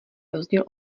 rozdíl